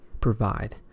provide